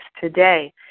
today